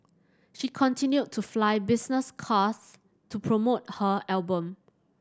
she continued to fly business class to promote her album